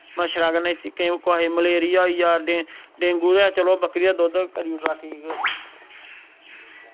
मच्छरा कन्नै कुसा गी मलेरियां होइया डेंगू ते चलो बकरी दा दुध्द करी ओड़दा ठीक